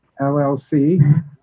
LLC